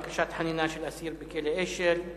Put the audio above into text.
בקשת חנינה של אסיר בכלא "אשל";